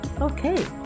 okay